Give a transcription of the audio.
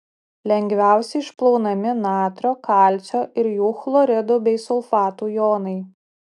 lengviausiai išplaunami natrio kalcio ir jų chloridų bei sulfatų jonai